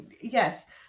yes